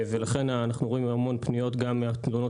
לכן אנחנו רואים המון פניות גם מהתלונות